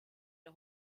der